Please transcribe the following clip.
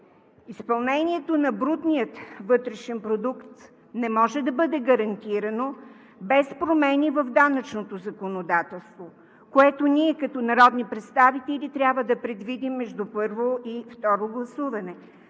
Изпълнението на брутния вътрешен продукт не може да бъде гарантирано без промени в данъчното законодателство, което ние като народни представители трябва да предвидим между първо и второ гласуване,